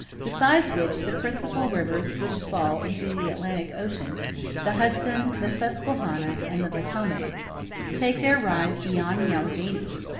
besides which, the principal rivers which fall into the atlantic ocean the hudson, the susquehanna, and the potomac take their rise beyond the alleghanies,